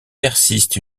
persistent